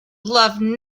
love